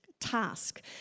task